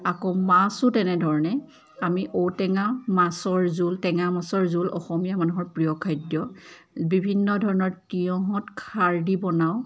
আকৌ মাছো তেনেধৰণে আমি ঔটেঙা মাছৰ জোল টেঙা মাছৰ জোল অসমীয়া মানুহৰ প্ৰিয় খাদ্য বিভিন্ন ধৰণৰ তিঁয়হত খাৰ দি বনাওঁ